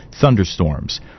thunderstorms